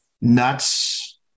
Nuts